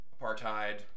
apartheid